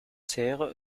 serre